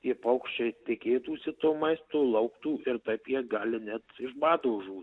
tie paukščiai tikėtųsi to maisto lauktų ir taip jie gali net iš bado žūt